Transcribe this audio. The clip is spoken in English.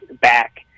back